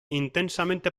intensamente